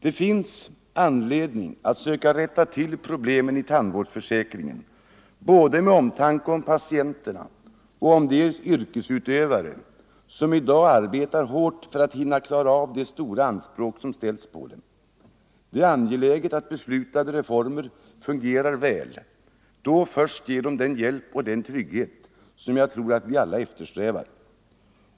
Det finns all anledning att försöka komma till rätta med problemen i tandvårdsförsäkringen, detta av omtanke om både patienterna och de yrkesutövare som i dag arbetar hårt för att motsvara de 53 stora krav som ställs på dem. Det är angeläget att beslutade reformer fungerar väl. Då först ger de hjälp och den trygghet som vi alla eftersträvar.